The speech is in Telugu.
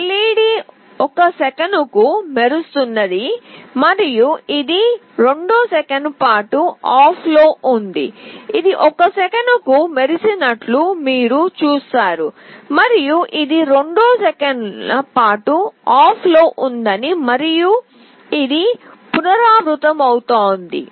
LED 1 సెకనుకు మెరుస్తున్నది మరియు ఇది 2 సెకన్ల పాటు ఆఫ్లో ఉంది ఇది 1 సెకనుకు మెరుస్తున్నట్లు మీరు చూస్తారు మరియు ఇది 2 సెకన్ల పాటు ఆఫ్లో ఉంది మరియు ఇది పునరావృతమవుతోంది